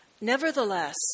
Nevertheless